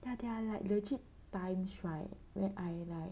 大家 like there are legit times right where I like